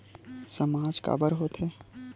सामाज काबर हो थे?